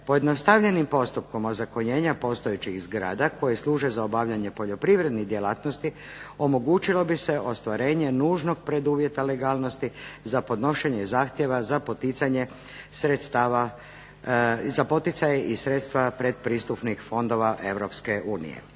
Pojednostavljenim postupkom ozakonjenja postojećih zgrada koje služe za obavljanje poljoprivrednih djelatnosti omogućilo bi se ostvarenje nužnog preduvjeta legalnosti za podnošenje zahtjeva za poticaje i sredstva predpristupnih fondova